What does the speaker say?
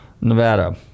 Nevada